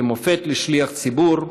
כמופת של שליח ציבור,